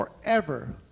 forever